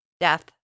death